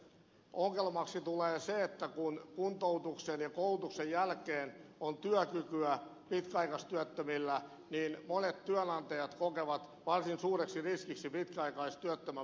ongelmaksi tulee se että kun kuntoutuksen ja koulutuksen jälkeen on työkykyä pitkäaikaistyöttömillä niin monet työnantajat kokevat varsin suureksi riskiksi pitkäaikaistyöttömän palkkaamisen